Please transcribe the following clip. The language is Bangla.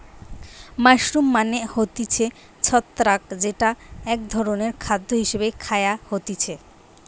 মাশরুম মানে হতিছে ছত্রাক যেটা এক ধরণের খাদ্য হিসেবে খায়া হতিছে